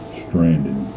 stranded